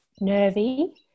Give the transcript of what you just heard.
nervy